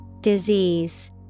Disease